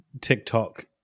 TikTok